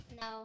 No